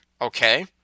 okay